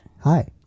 Hi